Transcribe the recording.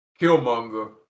Killmonger